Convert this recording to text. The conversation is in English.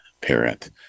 parent